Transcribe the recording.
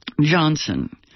Johnson